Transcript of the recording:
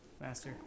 Master